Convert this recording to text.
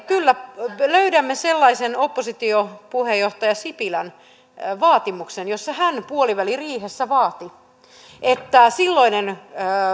kyllä löydämme sellaisen oppositiopuheenjohtaja sipilän vaatimuksen jossa hän puoliväliriihessä vaati että silloinen